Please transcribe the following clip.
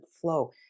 flow